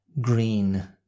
green